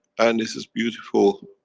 and this is beautiful,